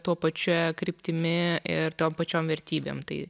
tuo pačia kryptimi ir tom pačiom vertybėm tai